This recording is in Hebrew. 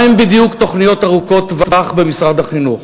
מה הן בדיוק תוכניות ארוכות טווח במשרד החינוך?